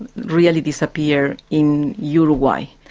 and really disappeared in uruguay.